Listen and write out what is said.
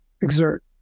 exert